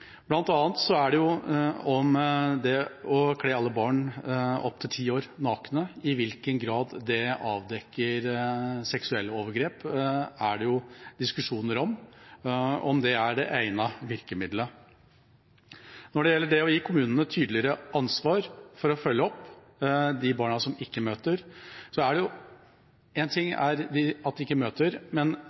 det om det å kle alle barn opp til ti år nakne er det egnede virkemidlet. I hvilken grad det avdekker seksuelle overgrep, er det jo diskusjoner om. Til det å gi kommunene tydeligere ansvar for å følge opp de barna som ikke møter: Én ting er at de ikke møter, men